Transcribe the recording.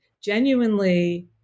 genuinely